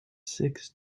six